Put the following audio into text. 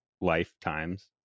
lifetimes